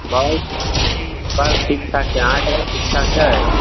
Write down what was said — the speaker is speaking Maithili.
बस ठीक ठाक छै अहाँके ठीक ठाक छै